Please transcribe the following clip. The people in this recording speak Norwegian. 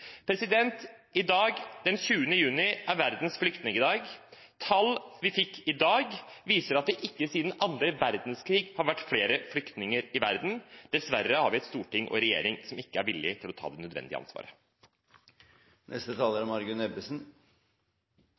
I dag, den 20. juni, er Verdens flyktningdag. Tall vi fikk i dag, viser at det ikke siden andre verdenskrig har vært flere flyktninger i verden. Dessverre har vi et storting og en regjering som ikke er villige til å ta det nødvendige